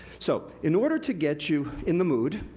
so, in order to get you in the mood,